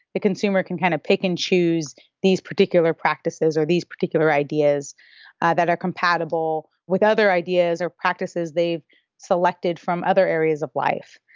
the consumer can kind of pick and choose these particular practices or these particular ideas that are compatible with other ideas or practices they've selected from other areas of life,